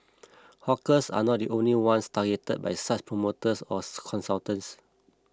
hawkers are not the only ones targeted by such promoters or consultants